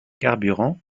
carburants